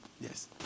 Yes